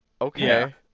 Okay